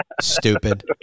Stupid